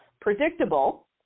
predictable